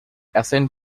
ascend